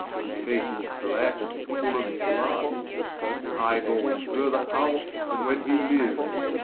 his face is blacke, and full of blood his eye-balles further out, than when he liued,